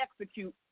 execute